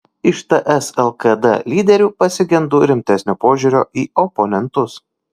iš ts lkd lyderių pasigendu rimtesnio požiūrio į oponentus